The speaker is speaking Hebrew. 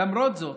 למרות זאת,